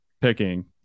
picking